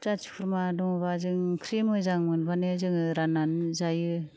जाथि खुरमा दङबा जों ओंख्रि मोजां मोनबानो जोङो राननानै जायो